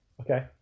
Okay